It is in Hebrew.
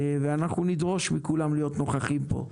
ואנחנו נדרוש מכולם להיות נוכחים פה.